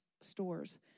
stores